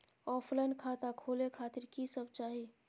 Offline खाता खोले खातिर की सब चाही?